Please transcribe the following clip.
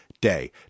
day